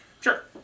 Sure